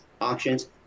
auctions